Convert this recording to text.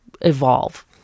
evolve